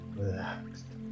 relaxed